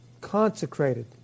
consecrated